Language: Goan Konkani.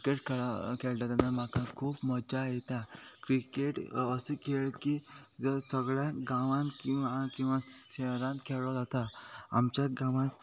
क्रिकेट खेळ खेळटा तेन्ना म्हाका खूब मजा येता क्रिकेट हो असो खेळ की जर सगळ्या गांवांत किंवा किंवां शहरान खेळूंक जाता आमच्या गांवांत